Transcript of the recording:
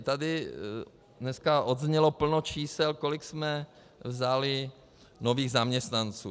Tady dneska odznělo plno čísel, kolik jsme vzali nových zaměstnanců.